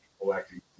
collecting